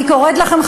אני קוראת לכם,